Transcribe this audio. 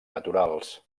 naturals